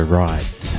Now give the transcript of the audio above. right